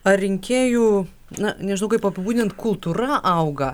ar rinkėjų na nežinau kaip apibūdint kultūra auga